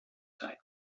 site